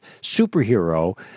superhero